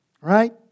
Right